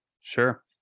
Sure